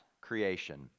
creation